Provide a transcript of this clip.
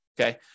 Okay